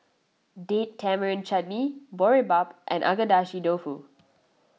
Date Tamarind Chutney Boribap and Agedashi Dofu